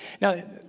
Now